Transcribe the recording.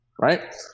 right